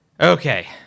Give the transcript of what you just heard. Okay